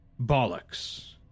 bollocks